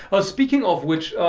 ah speaking of which,